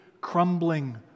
crumbling